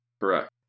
Correct